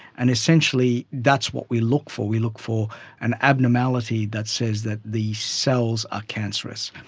and essentially that's what we look for, we look for an abnormality that says that the cells are cancerous.